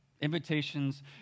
Invitations